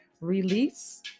release